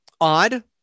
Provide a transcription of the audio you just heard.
odd